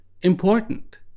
important